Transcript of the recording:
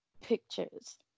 pictures